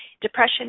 depression